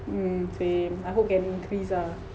hmm same I hope can increase ah